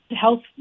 health